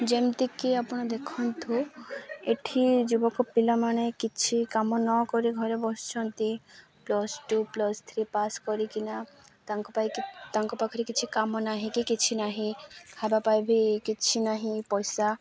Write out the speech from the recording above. ଯେମିତିକି ଆପଣ ଦେଖନ୍ତୁ ଏଇଠି ଯୁବକ ପିଲାମାନେ କିଛି କାମ ନକରି ଘରେ ବସିଛନ୍ତି plus two plus three pass କରିକିନା ତାଙ୍କ ପାଇଁ ତାଙ୍କ ପାଖରେ କିଛି କାମ ନାହିଁ କି କିଛି ନାହିଁ ଖାଇବା ପାଇଁ ବି କିଛି ନାହିଁ ପଇସା